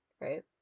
right